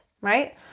right